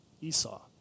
Esau